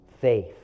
faith